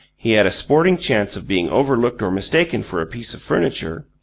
he had a sporting chance of being overlooked or mistaken for a piece of furniture,